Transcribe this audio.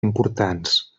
importants